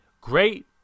great